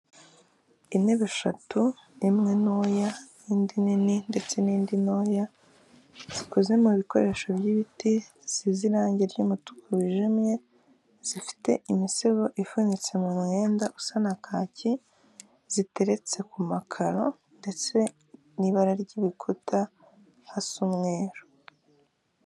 Intebe eshatu, imwe ntoya n'indi nini ndetse n'indi ntoya. Zikoze mu bikoresho by'ibiti zisize irangi ry'umutuku wijimye, zifite imisego ifunitse mu mwenda usa na kaki, ziteretse ku makaro. Ndetse n'ibara ry'ibikuta hasa umweru.